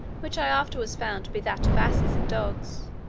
which i afterwards found to be that of asses and dogs,